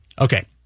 Okay